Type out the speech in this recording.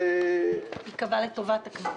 ייקבע לטובת הכנסת.